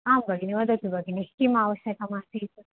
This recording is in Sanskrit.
आं भगिनि वदतु भगिनि किम् आवश्यकम् आसीत्